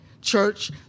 Church